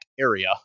area